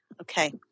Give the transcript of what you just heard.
Okay